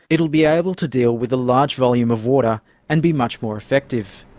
it will be able to deal with a large volume of water and be much more effective.